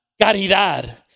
caridad